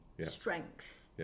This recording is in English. strength